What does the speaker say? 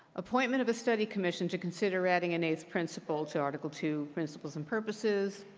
appointment of a study commission to consider adding an eighth principle to article two, principles and purposes.